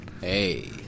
Hey